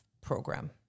program